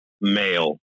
male